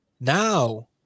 Now